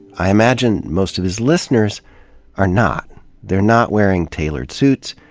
i imagine most of his listeners are not they're not wearing tailored suits,